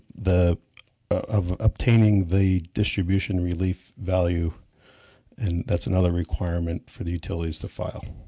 the of obtaining the distribution relief value and that's another requirement for the utilities to file.